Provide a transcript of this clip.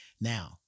Now